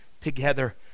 together